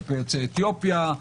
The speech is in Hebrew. כלפי יוצאי אתיופיה,